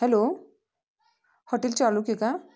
hello hotel Chalukya का